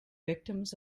victims